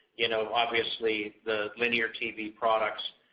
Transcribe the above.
you know obviously the linear tv products